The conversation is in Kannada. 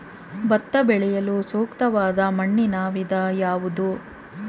ಭತ್ತ ಬೆಳೆಯಲು ಸೂಕ್ತವಾದ ಮಣ್ಣಿನ ವಿಧ ಯಾವುದು?